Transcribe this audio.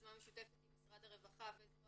ביוזמה משותפת עם משרד הרווחה בזרוע